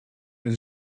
een